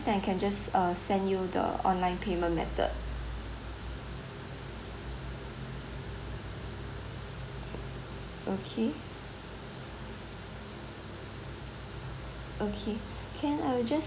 then I can just uh send you the online payment method okay okay can I'll just